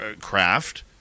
craft